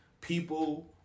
people